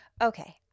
Okay